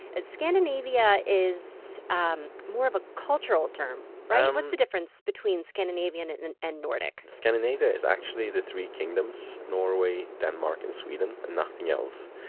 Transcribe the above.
ah scandinavia is um more of a cultural term, right? and what's the difference between scandinavian and and and nordic? scandinavia is actually the three kingdoms norway, denmark and sweden. and nothing else.